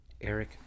Eric